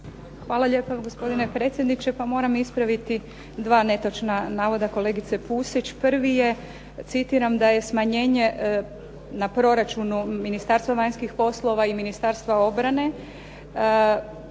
Hvala lijepa gospodine predsjedniče. Pa moram ispraviti 2 netočna navoda kolegice Pusić. Prvi je, citiram, "da je smanjenje na proračunu Ministarstva vanjskih poslova i Ministarstva obrane